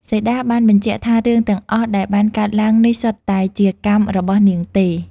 សីតាបានបញ្ជាក់ថារឿងទាំងអស់ដែលបានកើតឡើង នេះសុទ្ធតែជាកម្មរបស់នាងទេ។